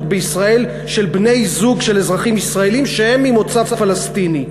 בישראל של בני-זוג של אזרחים ישראלים שהם ממוצא פלסטיני.